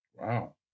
wow